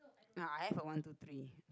ah I have a one two three